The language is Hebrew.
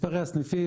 מספרי הסניפים,